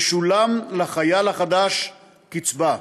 תשולם לחייל החדש קצבה.